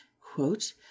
quote